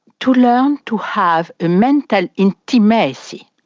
to learn to have a mental intimacy,